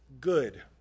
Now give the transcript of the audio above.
good